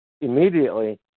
Immediately